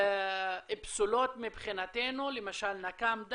פסולות מבחינתנו, למשל נקמת דם,